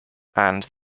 and